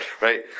right